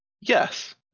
Yes